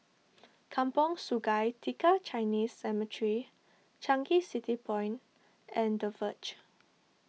Kampong Sungai Tiga Chinese Cemetery Changi City Point and the Verge